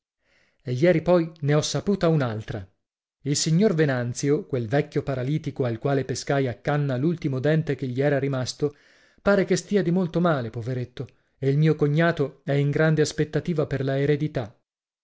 e ieri poi ne ho saputa un'altra il signor venanzio quel vecchio paralitico al quale pescai a canna l'ultimo dente che gli era rimasto pare che stia di molto male poveretto e il mio cognato è in grande aspettativa per